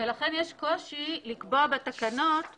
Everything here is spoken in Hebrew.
ולכן יש קושי לקבוע בתקנות חובה.